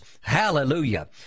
hallelujah